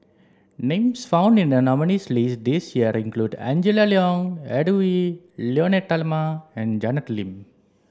names found in the nominees' list this year include Angela Liong Edwy Lyonet Talma and Janet Lim